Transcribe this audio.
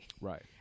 Right